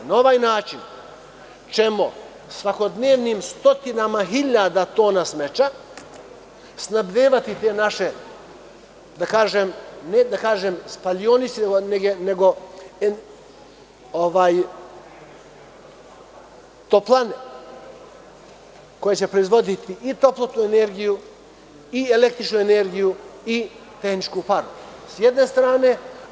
Na ovaj način ćemo svakodnevnim stotinama hiljada tona smeća snabdevati te naše ne da kažem spaljionice, nego toplane koje će proizvoditi i toplotnu energiju i električnu energiju i tehničku paru, s jedne strane.